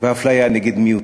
ואפליה נגד מיעוטים.